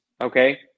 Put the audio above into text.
Okay